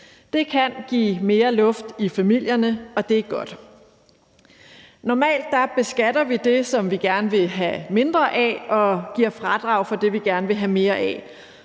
Det kan give mere luft i familierne, og det er godt. Normalt beskatter vi det, som vi gerne vil have mindre af, og giver fradrag for det, vi gerne vil have mere af.